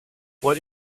what